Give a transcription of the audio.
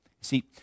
see